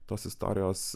tos istorijos